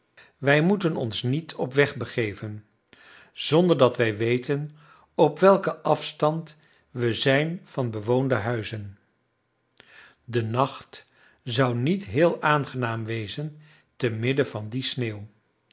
wij moeten ons niet op weg begeven zonder dat wij weten op welken afstand we zijn van bewoonde huizen de nacht zou niet heel aangenaam wezen temidden van die sneeuw